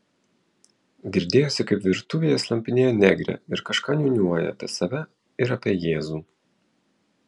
girdėjosi kaip virtuvėje slampinėja negrė ir kažką niūniuoja apie save ir apie jėzų